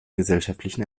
gesellschaftlichen